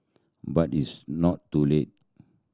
but it's not too late